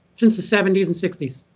since the seventy s and sixty s.